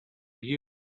you